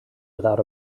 without